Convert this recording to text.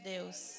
Deus